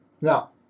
Now